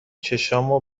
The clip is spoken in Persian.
چشامو